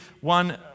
one